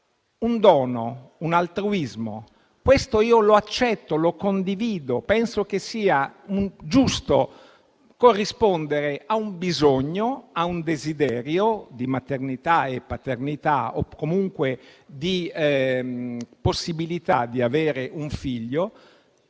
un dono, un altruismo. Questo io lo accetto, lo condivido. Penso che sia un giusto corrispondere a un bisogno, a un desiderio di maternità e paternità o comunque di possibilità di avere un figlio,